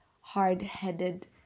hard-headed